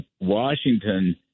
Washington